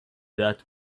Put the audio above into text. that